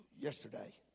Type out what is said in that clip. yesterday